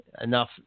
enough